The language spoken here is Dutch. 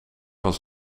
was